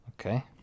okay